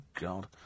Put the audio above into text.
God